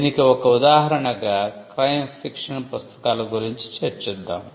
దీనికి ఒక ఉదాహరణగా క్రైమ్ ఫిక్షన్ పుస్తకాల గురించి చర్చిద్దాం